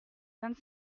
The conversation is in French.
vingt